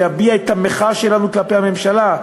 להביע את המחאה שלנו כלפי הממשלה,